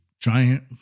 giant